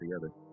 together